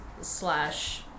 slash